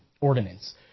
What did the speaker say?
ordinance